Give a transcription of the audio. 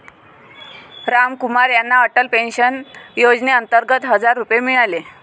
रामकुमार यांना अटल पेन्शन योजनेअंतर्गत हजार रुपये मिळाले